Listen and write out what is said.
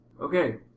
Okay